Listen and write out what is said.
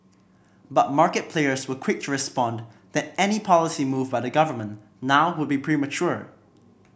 but market players were quick to respond that any policy move by the government now would be premature